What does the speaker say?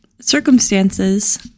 circumstances